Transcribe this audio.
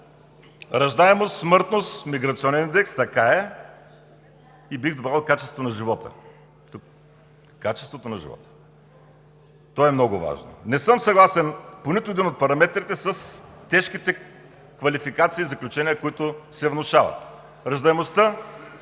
Раждаемост, смъртност, миграционен индекс. Така е! Бих добавил и качеството на живота. Качеството на живота! То е много важно. Те съм съгласен по нито един от параметрите с тежките квалификации и заключения, които се внушават. Раждаемостта